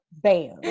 bam